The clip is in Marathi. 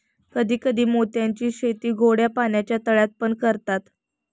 कधी कधी मोत्यांची शेती गोड्या पाण्याच्या तळ्यात पण करतात